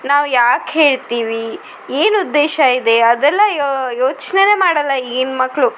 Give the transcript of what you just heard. ನಾವು ಯಾಕೆ ಹೇಳ್ತೀವಿ ಏನು ಉದ್ದೇಶ ಇದೆ ಅದೆಲ್ಲ ಯೋಚನೆನೇ ಮಾಡೋಲ್ಲ ಈಗಿನ ಮಕ್ಕಳು